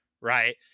right